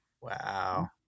Wow